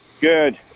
Good